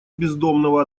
бездомного